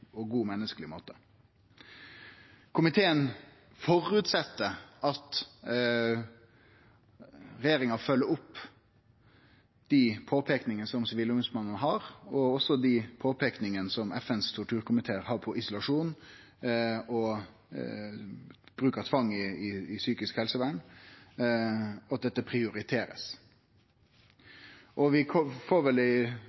god og menneskeleg måte? Komiteen føreset at regjeringa følgjer opp dei påpeikingane som Sivilombodsmannen har, og også dei påpeikingane som FNs torturkomité har når det gjeld isolasjon og bruk av tvang i psykisk helsevern, og at dette